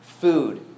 food